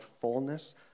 fullness